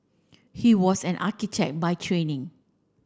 he was an architect by training